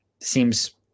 seems